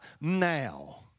now